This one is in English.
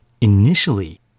Initially